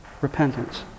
repentance